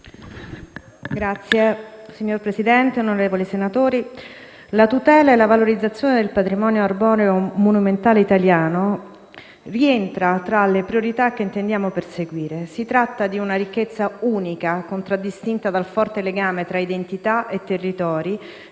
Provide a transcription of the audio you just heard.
turismo*. Signor Presidente, onorevoli senatori, la tutela e la valorizzazione del patrimonio arboreo monumentale italiano rientrano tra le priorità che intendiamo perseguire. Si tratta di una ricchezza unica, contraddistinta dal forte legame tra identità e territori,